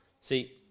See